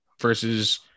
versus